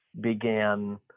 began